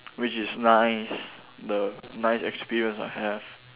which is nice the nice experience I have